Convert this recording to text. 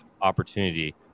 opportunity